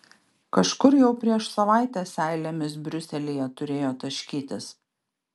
kažkur jau prieš savaitę seilėmis briuselyje turėjo taškytis